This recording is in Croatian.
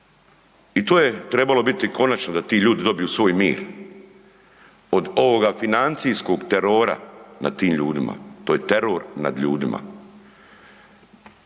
i to je trebalo biti konačno da ti ljudi dobiju svoj mir, od ovoga financijskog terora nad tim ljudima, to je teror nad ljudima.